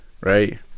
Right